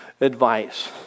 advice